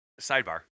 Sidebar